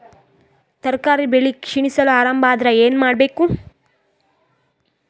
ತರಕಾರಿ ಬೆಳಿ ಕ್ಷೀಣಿಸಲು ಆರಂಭ ಆದ್ರ ಏನ ಮಾಡಬೇಕು?